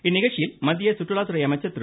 இந்நிகழ்ச்சியில் மத்திய சுற்றுலாத்துறை அமைச்சர் திரு